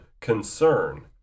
concern